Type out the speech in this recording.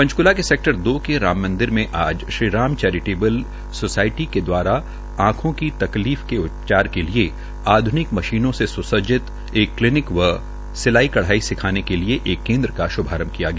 ांचकूला के सेक्टर दो के राम मंदिर में आज श्रीराम चैरिटेबल सोसायटी के द्वारा आंखों की तकलीफ के उ चार आध्निक मशीनों से स्सज्जित एक के लिये एक क्लीनिक व सिलाई कढ़ाई सीखाने के लिये एक केन्द्र का श्भारंभ किया गया